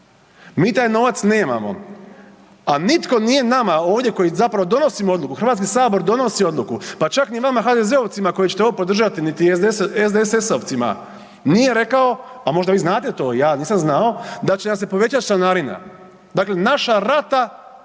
Mi taj novac nemamo, a nitko nije nama ovdje koji zapravo donosimo odluku, Hrvatski sabor donosi odluku, pa čak ni vama HDZ-ovcima koji ćete ovo podržati niti SDSS-ovcima nije rekao, a možda vi znate to, ja nisam znao, da će nam se povećati članarina, dakle, naša rata